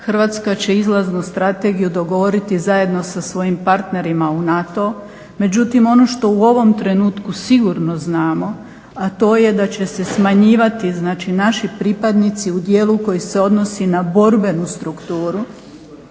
Hrvatska će izlaznu strategiju dogovoriti zajedno sa svojim partnerima u NATO. Međutim, ono što u ovom trenutku sigurno znamo, a to je da će se smanjivati, znači naši pripadnici u dijelu koji se odnosi na borbenu strukturu